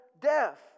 death